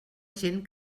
gent